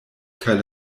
kaj